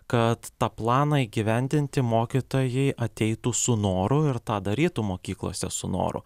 kad tą planą įgyvendinti mokytojai ateitų su noru ir tą darytų mokyklose su noru